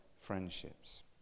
friendships